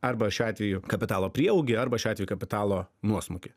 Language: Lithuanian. arba šiuo atveju kapitalo prieaugį arba šiuo atveju kapitalo nuosmukį